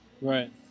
Right